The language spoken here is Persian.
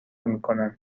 میکنم